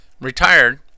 retired